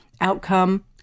outcome